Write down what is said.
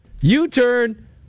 U-turn